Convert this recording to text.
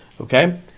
Okay